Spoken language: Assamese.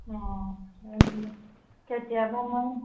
অঁ মোৰ